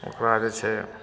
ओकरा जे छै